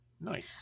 nice